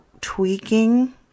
tweaking